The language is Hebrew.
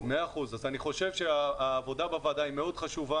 אני חושב שהעבודה בוועדה היא מאוד חשובה